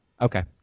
Okay